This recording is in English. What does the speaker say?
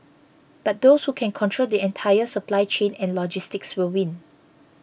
but those who can control the entire supply chain and logistics will win